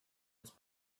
its